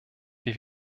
wie